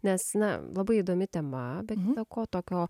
nes na labai įdomi tema bet kita ko tokio